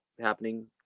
happening